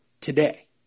today